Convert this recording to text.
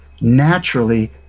naturally